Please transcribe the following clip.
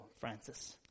Francis